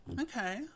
Okay